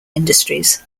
industries